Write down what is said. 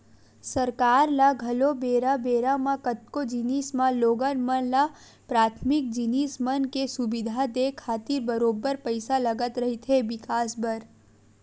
सरकार ल घलो बेरा बेरा म कतको जिनिस म लोगन मन ल पराथमिक जिनिस मन के सुबिधा देय खातिर बरोबर पइसा लगत रहिथे बिकास बर